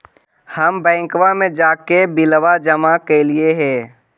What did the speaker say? हम बैंकवा मे जाके बिलवा जमा कैलिऐ हे?